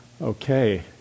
Okay